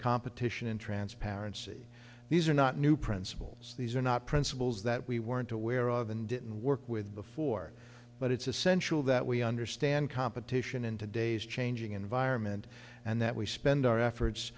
competition and transparency these are not new principles these are not principles that we weren't to aware of and didn't work with before but it's essential that we understand competition in today's changing environment and that we spend our efforts